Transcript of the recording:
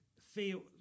feel